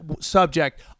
subject